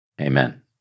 Amen